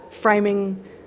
framing